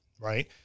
right